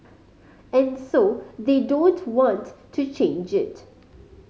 and so they don't want to change it